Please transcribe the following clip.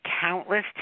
countless